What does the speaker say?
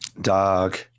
Dog